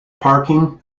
parking